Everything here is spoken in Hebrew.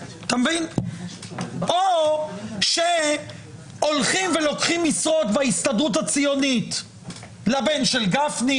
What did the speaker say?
או שהולכים ולוקחים משרות בהסתדרות הציונית לבן של גפני,